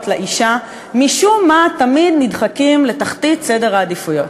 לאישה משום מה תמיד נדחקים לתחתית סדר העדיפויות.